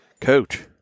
coach